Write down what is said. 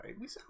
right